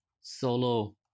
solo